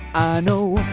i know